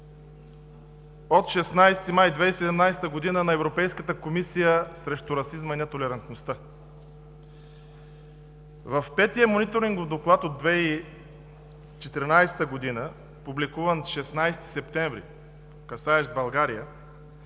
от 16 май 2017 г. на Европейската комисия срещу расизма и нетолерантността. В Петия мониторингов доклад от 2014 г., публикуван на 16 септември, касаещ България,